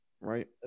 right